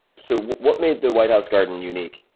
so, what made the white house garden unique?